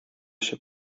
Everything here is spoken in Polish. się